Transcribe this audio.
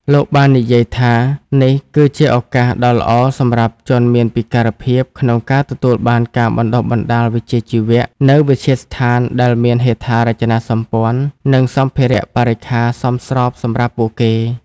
លោកបាននិយាយថា នេះគឺជាឱកាសដ៏ល្អសម្រាប់ជនមានពិការភាពក្នុងការទទួលបានការបណ្តុះបណ្តាលវិជ្ជាជីវៈនៅវិទ្យាស្ថានដែលមានហេដ្ឋារចនាសម្ព័ន្ធនិងសម្ភារៈបរិក្ខារសមស្របសម្រាប់ពួកគេ។